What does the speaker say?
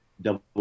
double